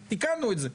תיקנו את זה.